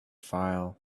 file